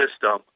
system